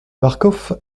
marcof